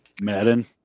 Madden